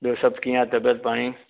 ॿियो सभु कीअं आहे तबियत पाणी